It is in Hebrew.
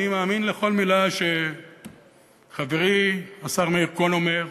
ואני מאמין לכל מילה שחברי השר מאיר כהן אומר,